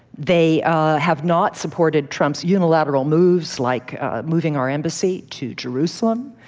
they have not supported trump's unilateral moves, like moving our embassy to jerusalem,